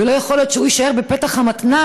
ולא יכול להיות שהם יישארו בפתח המתנ"ס